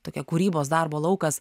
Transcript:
tokia kūrybos darbo laukas